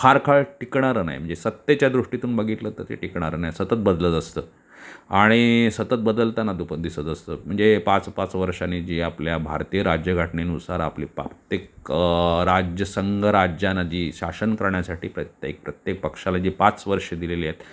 फार काळ टिकणारं नाही म्हणजे सत्तेच्या दृष्टीतून बघितलं तर ते टिकणारं नाही सतत बदलत असतं आणि सतत बदलताना दुप दिसत असतं म्हणजे पाच पाच वर्षानी जी आपल्या भारतीय राज्यघटनेनुसार आपली प्रत्येक राज्य संघराज्यानं जी शासन करण्यासाठी प्रत्येक प्रत्येक पक्षाला जी पाच वर्ष दिलेले आहेत